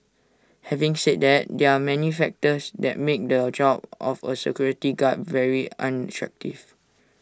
having said that there are many factors that make the job of A security guard very unattractive